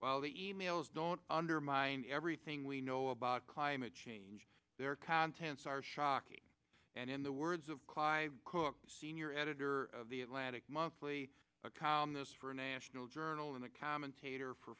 well the emails don't undermine everything we know about climate change their contents are shocking and in the words of clive cook senior editor of the atlantic monthly a column this for a national journal and a commentator for